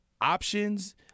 options